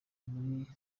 muri